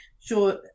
sure